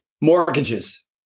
Mortgages